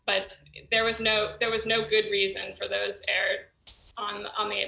but there was no there was no good reason for those air on the